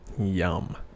yum